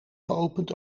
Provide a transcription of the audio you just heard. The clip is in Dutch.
geopend